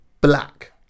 Black